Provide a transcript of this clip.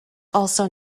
also